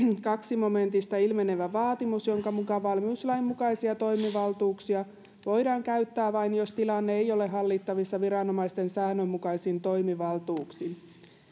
toisesta momentista ilmenevä vaatimus jonka mukaan valmiuslain mukaisia toimivaltuuksia voidaan käyttää vain jos tilanne ei ole hallittavissa viranomaisten säännönmukaisin toimivaltuuksin